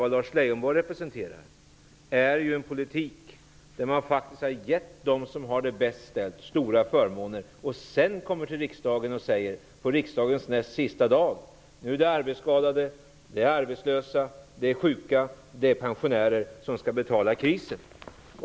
Vad Lars Leijonborg representerar är en politik där man har gett dem som har det bäst ställt stora förmåner och sedan, på riksmötets näst sista dag, kommer man och säger: Nu är det de arbetsskadade, de arbetslösa, de sjuka och pensionärerna som skall betala krisen.